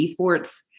esports